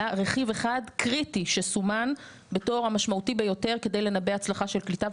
עלה רכיב אחד קריטי שסומן בתור המשמעותי ביותר כדי לנבא הצלחה של קליטה,